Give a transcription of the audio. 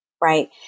Right